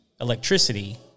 electricity